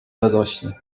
radośnie